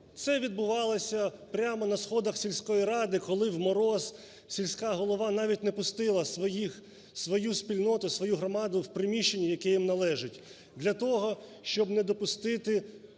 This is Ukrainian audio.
Це відбувалося прямо на сходах сільської ради, коли в мороз сільська голова навіть не пустила своїх, свою спільноту, свою громаду в приміщення, яке їм належить,